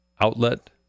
outlet